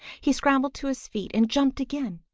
he scrambled to his feet and jumped again,